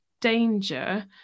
danger